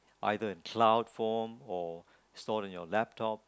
either cloud form or stored in your laptop